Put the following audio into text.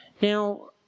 Now